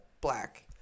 black